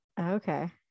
Okay